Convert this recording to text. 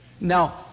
Now